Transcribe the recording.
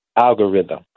algorithm